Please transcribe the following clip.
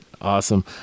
Awesome